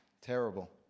terrible